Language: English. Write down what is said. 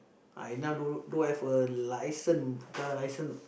I now don't don't have a license car license